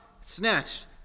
snatched